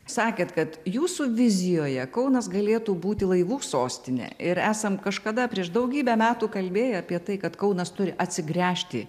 sakėt kad jūsų vizijoje kaunas galėtų būti laivų sostinė ir esam kažkada prieš daugybę metų kalbėję apie tai kad kaunas turi atsigręžti